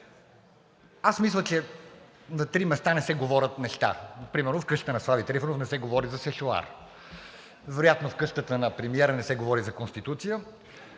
Аз мисля, че три неща не се говорят – примерно в къщата на Слави Трифонов не се говори за сешоар, вероятно в къщата на премиера не се говори за Конституция,